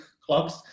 clocks